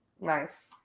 Nice